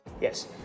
yes